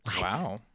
Wow